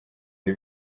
ari